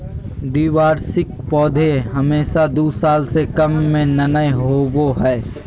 द्विवार्षिक पौधे हमेशा दू साल से कम में नयय होबो हइ